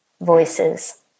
voices